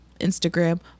Instagram